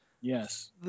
Yes